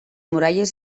muralles